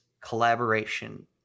collaboration